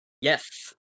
yes